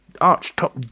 arch-top